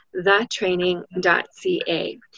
thetraining.ca